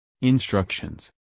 Instructions